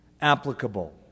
applicable